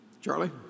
Charlie